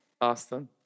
austin